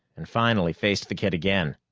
and finally faced the kid again.